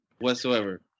whatsoever